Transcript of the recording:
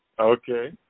Okay